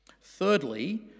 Thirdly